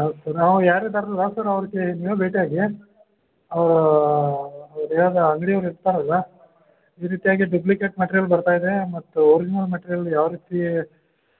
ಆಯಿತು ನಾವು ಯಾರಿದ್ದಾರಲ್ಲ ಸರ್ ಅವರಿಗೆ ನೀವು ಭೇಟಿಯಾಗಿ ಅವರು ಸರಿಯಾದ ಅಂಗಡಿ ಅವ್ರು ಇರ್ತಾರಲ್ಲ ಈ ರೀತಿಯಾಗಿ ಡೂಪ್ಲಿಕೇಟ್ ಪಾತ್ರೆಗಳು ಬರ್ತಾ ಇದೆ ಮತ್ತು ನಿಮ್ಮ ಮೆಟೀರಿಯಲ್ ಯಾವ ರೀತಿ